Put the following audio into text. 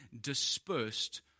dispersed